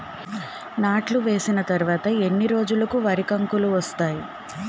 నాట్లు వేసిన తర్వాత ఎన్ని రోజులకు వరి కంకులు వస్తాయి?